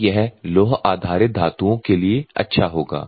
और यह लौह आधारित धातुओं के लिए बहुत अच्छा होगा